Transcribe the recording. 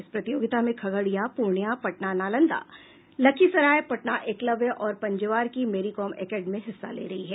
इस प्रतियोगिता में खगड़िया पूर्णियां पटना नालंदा लखीसराय पटना एकलव्य और पंजवार की मेरीकॉम एकेडमी हिस्सा ले रही है